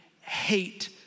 hate